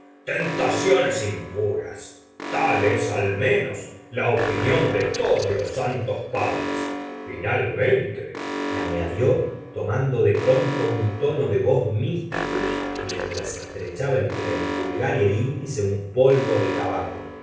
tentaciones impuras tal es al menos la opinión de todos los santos padres finalmente añadió tomando de pronto un tono de voz mfstieo mientras estre ebaba entre el pulgar r el índice un polvo de tabaco